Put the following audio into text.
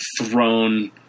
thrown